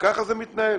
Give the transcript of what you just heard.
נכון.